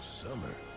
summer